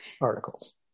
articles